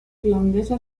irlandesa